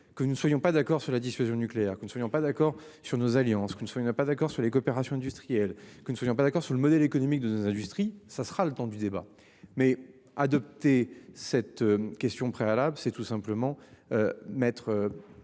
que nous ne soyons pas d'accord sur la dissuasion nucléaire, que nous soyons pas d'accord sur nos alliances qu'une fois, il n'a pas d'accord sur les coopérations industrielles que ne soyons pas d'accord sur le modèle économique de nos industrie ça sera le temps du débat mais adopté cette question préalable c'est tout simplement. Mettre.